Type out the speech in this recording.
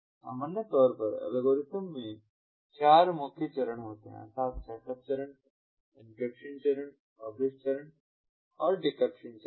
सामान्य तौर पर एल्गोरिथ्म में चार मुख्य चरण होते हैं अर्थात् सेटअप चरण एन्क्रिप्शन चरण पब्लिश चरण और डिक्रिप्शन चरण